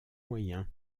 moyens